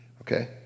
Okay